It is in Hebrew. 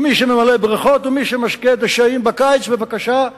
ומי שממלא בריכות ומי שמשקה דשאים בקיץ, בבקשה,